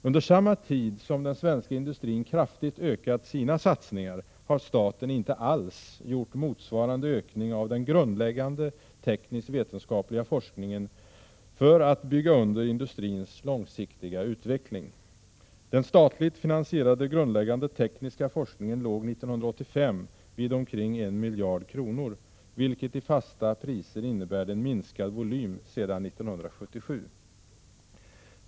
Under samma tid som den svenska industrin kraftigt ökat sina satsningar har staten inte alls gjort motsvarande ökning av den grundläggande teknisk-vetenskapliga forskningen för att bygga under industrins långsiktiga utveckling. Den statligt finansierade grundläggande tekniska forskningen låg 1985 vid omkring 1 miljard kronor, vilket i fasta priser innebär en minskad volym sedan 1977.